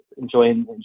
enjoying